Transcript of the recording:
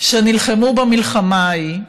שנלחמו במלחמה ההיא.